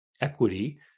equity